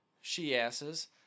she-asses